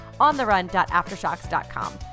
ontherun.aftershocks.com